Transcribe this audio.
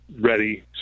ready